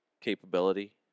capability